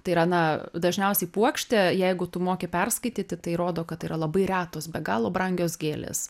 tai yra na dažniausiai puokštė jeigu tu moki perskaityti tai rodo kad yra labai retos be galo brangios gėlės